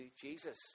Jesus